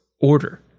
order